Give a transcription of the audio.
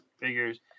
figures